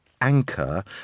Anchor